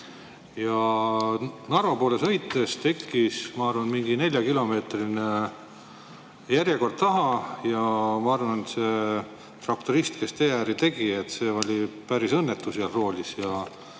Narva poole sõites tekkis, ma arvan, mingi neljakilomeetrine järjekord [traktori] taha. Ja ma arvan, et see traktorist, kes teeääri [niitis], oli päris õnnetu seal roolis,